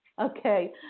Okay